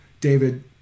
David